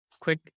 Quick